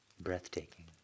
breathtaking